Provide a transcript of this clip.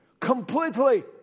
Completely